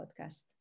podcast